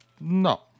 no